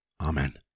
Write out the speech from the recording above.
Amen